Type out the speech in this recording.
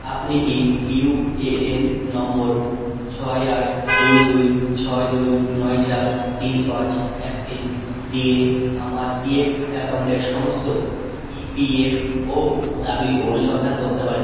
আপনি কি UAN number ছয় আট দুই দুই ছয় দুই নয় চার তিন পাঁচ এক তিন দিয়ে আমার পিএফ অ্যাকাউন্টের সমস্ত ইপিএফও দাবির অনুসন্ধান করতে পারেন